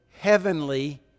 heavenly